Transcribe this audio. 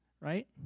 right